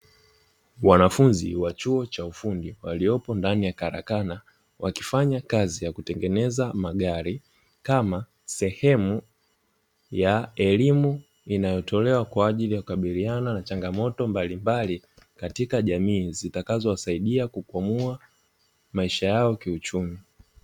Wanafunzi wa chuo cha ufundi waliopo ndani ya karakana, wakifanya kazi ya kutengeneza magari kama sehemu ya elimu inayotolewa kwa ajili ya kukabiliana na changamoto mbalimbali katika jamii zitakazowasaidia kukwamua maisha yao kiuchumi.